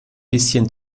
bisschen